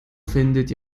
findet